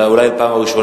אולי פעם ראשונה.